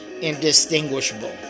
indistinguishable